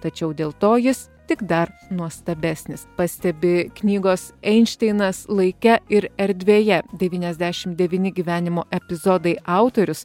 tačiau dėl to jis tik dar nuostabesnis pastebi knygos einšteinas laike ir erdvėje devyniasdešimt devyni gyvenimo epizodai autorius